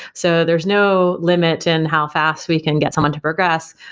so there's no limit in how fast we can get someone to progress.